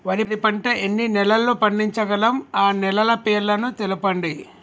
వరి పంట ఎన్ని నెలల్లో పండించగలం ఆ నెలల పేర్లను తెలుపండి?